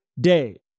day